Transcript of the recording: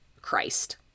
Christ